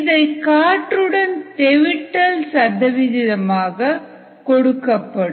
இதை காற்றுடன் தெவிட்டல் சதவிகிதமாக கொடுக்கப்படும்